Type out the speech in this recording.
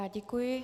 Děkuji.